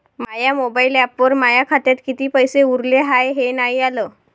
माया mobile ॲपवर माया खात्यात किती पैसे उरले हाय हे नाही आलं